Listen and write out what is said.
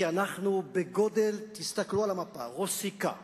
כי אנחנו בגודל ראש סיכה בקושי.